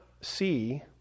see